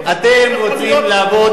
חבר הכנסת מולה, אתם רוצים להוות